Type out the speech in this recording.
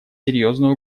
серьезную